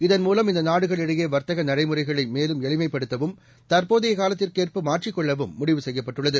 இதன்மூலம் இந்தநாடுகள்இடையேவர்த்தகநடைமுறைகளைமேலும்எ ளிமைப்படுத்தவும் தற்போதையகாலத்திற்குஏற்பமாற்றிக்கொள்ளவும்முடிவு செய்யப்பட்டுள்ளது